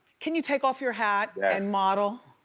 can you take off your hat and model?